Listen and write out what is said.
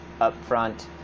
upfront